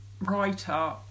writer